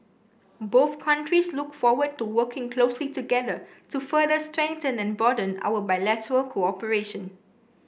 both countries look forward to working closely together to further strengthen and broaden our bilateral cooperation